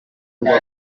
rubavu